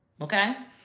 Okay